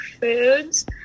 foods